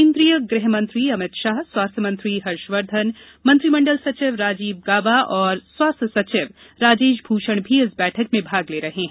केंद्रीय गृह मंत्री अमित शाह स्वास्थ्य मंत्री हर्षवर्धन मंत्रिमंडल सचिव राजीव गाबा और स्वास्थ्य सचिव राजेश भूषण भी इस बैठक में भाग ले रहे हैं